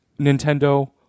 nintendo